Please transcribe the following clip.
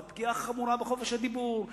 זו פגיעה חמורה בחופש הדיבור,